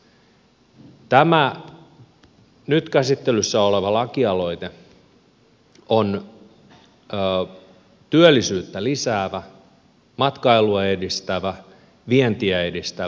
tämä nyt käsittelyssä oleva lakialoite on työllisyyttä lisäävä matkailua edistävä vientiä edistävä